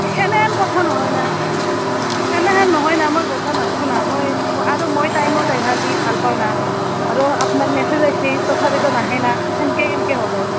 সেনেহেন কথা নহয় না সেনেহেন নহয় না মই গধূলা নাথকো না মই আৰু মই টাইমত আহিবা হ'লি ভাল পাওঁ না আৰু আপোনাক মেছেজ আইছি তথাপিতো নাহে না সেনকৈ কেনকৈ হ'ব